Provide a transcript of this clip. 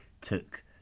took